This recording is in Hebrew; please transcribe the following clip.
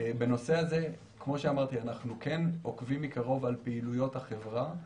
בנושא הזה אנחנו כן עוקבים מקרוב על פעילויות החברה.